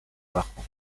bajo